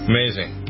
Amazing